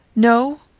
no?